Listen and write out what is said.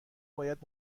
باید